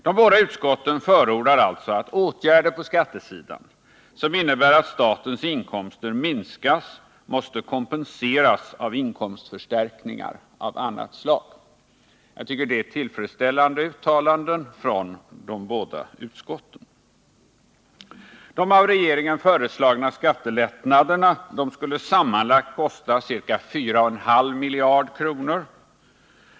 De båda utskotten förordar alltså att åtgärder på skattesidan, som innebär att statens inkomster minskas, måste kompenseras med inkomstförstärkningar av annat slag. Jag tycker det är tillfredsställande uttalanden från de båda utskotten. De av regeringen föreslagna skattelättnaderna skulle sammanlagt kosta ca 4,5 miljarder kronor.